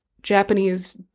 Japanese